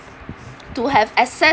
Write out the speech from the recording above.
to have access